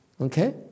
okay